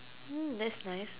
oh that's nice